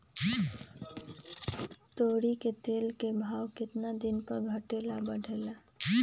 तोरी के तेल के भाव केतना दिन पर घटे ला बढ़े ला?